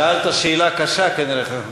שאלת שאלה קשה כנראה,